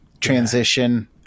transition